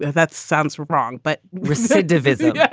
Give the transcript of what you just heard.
that sounds wrong, but recidivism. yeah